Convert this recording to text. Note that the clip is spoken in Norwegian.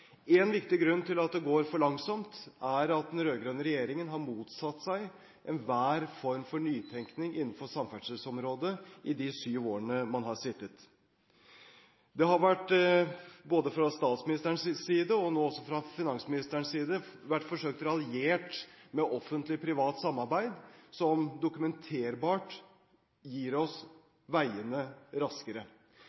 viktig grunn til at det går for langsomt, er at den rød-grønne regjeringen har motsatt seg enhver form for nytenkning innenfor samferdselsområdet i de syv årene den har sittet. Det har fra statsministerens side og nå også fra finansministerens side vært forsøkt raljert med Offentlig Privat Samarbeid, som dokumenterbart gir oss